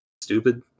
stupid